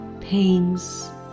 pains